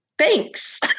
Thanks